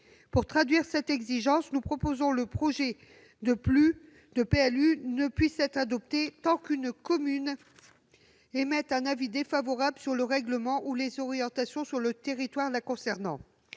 Pour traduire cette exigence, nous proposons que le projet de PLU ne puisse être adopté tant qu'une commune émet un avis défavorable sur le règlement ou les orientations relatives au territoire la concernant.